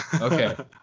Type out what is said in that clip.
Okay